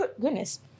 goodness